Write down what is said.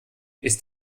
ist